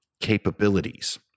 capabilities